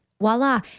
voila